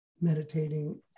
meditating